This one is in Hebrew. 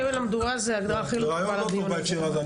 שמן למדורה זה ההגדרה הכי לא טובה לדיון הזה.